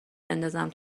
بندازم